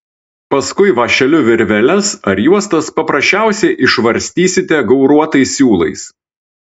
paskui vąšeliu virveles ar juostas paprasčiausiai išvarstysite gauruotais siūlais